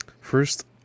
First